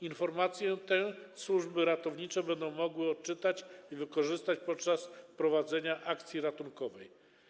Informację tę służby ratownicze będą mogły odczytać i wykorzystać podczas prowadzenia akcji ratunkowej.